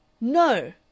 No